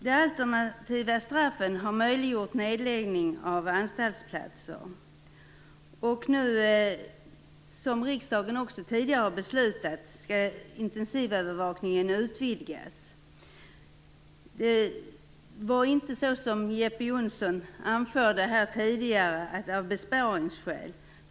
De alternativa straffen har möjliggjort nedläggning av anstaltsplatser. Som riksdagen tidigare beslutat skall intensivövervakningen utvidgas. Det är inte så som Jeppe Johnsson tidigare sade, nämligen att det handlat om besparingsskäl.